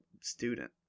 student